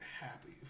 happy